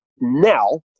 now